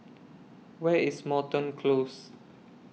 Where IS Moreton Close